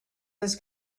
his